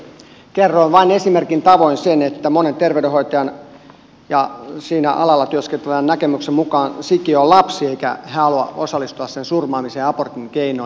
kerroin vain esimerkin tavoin sen että monen terveydenhoitajan ja sillä alalla työskentelevän näkemyksen mukaan sikiö on lapsi eivätkä he halua osallistua sen surmaamiseen abortin keinoin